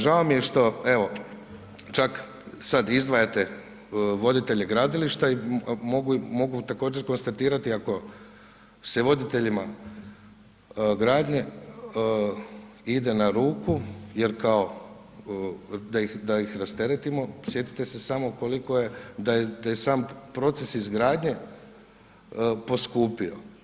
Žao mi je što, evo čak sad izdvajate voditelje gradilišta i mogu također konstatirati ako se voditeljima gradnje ide na ruku jer kao da ih rasteretimo, sjetite se samo koliko je, da je sam proces izgradnje poskupio.